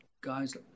guys